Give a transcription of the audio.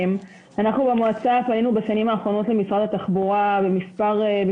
אנחנו במועצה לשלום הילד פנינו בשנים האחרונות למשרד התחבורה בשורה